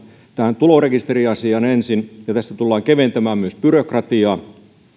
tähän tulorekisteriasiaan ensin ja tullaan keventämään myös byrokratiaa